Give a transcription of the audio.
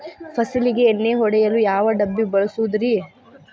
ಫಸಲಿಗೆ ಎಣ್ಣೆ ಹೊಡೆಯಲು ಯಾವ ಡಬ್ಬಿ ಬಳಸುವುದರಿ?